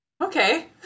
okay